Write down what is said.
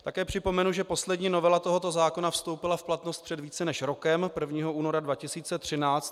Také připomenu, že poslední novela tohoto zákona vstoupila v platnost před více než rokem, 1. února 2013.